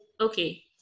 Okay